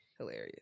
hilarious